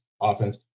offense